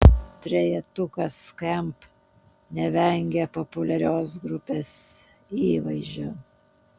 trejetukas skamp nevengia populiarios grupės įvaizdžio